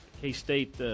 K-State